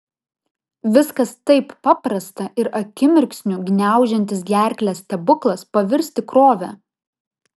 viskas taip paprasta ir akimirksniu gniaužiantis gerklę stebuklas pavirs tikrove